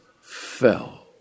fell